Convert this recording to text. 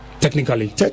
Technically